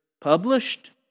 published